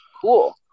Cool